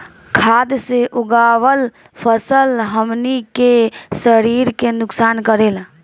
खाद्य से उगावल फसल हमनी के शरीर के नुकसान करेला